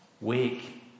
Wake